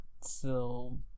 So-